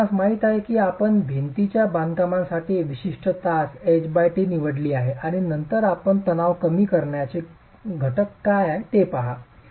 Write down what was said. तर आपणास माहित आहे की आपण भिंतीच्या बांधकामासाठी विशिष्ट तास ht निवडली आहे आणि नंतर आपण तणाव कमी करण्याचे घटक काय आहेत ते पहा